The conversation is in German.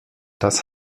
das